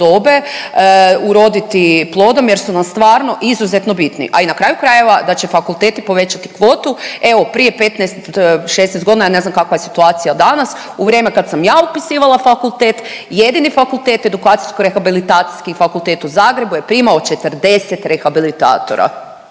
dobe uroditi plodom jer su nam stvarno izuzetno bitni. A i na kraju krajeva da će fakulteti povećati kvotu, evo prije 15, 16 godina ne znam kakva je situacija danas u vrijeme kada sam ja upisivala fakultet jedini fakultet Edukacijsko-rehabilitacijski fakultet u Zagrebu je primao 40 rehabilitatora.